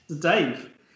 Dave